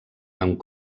amb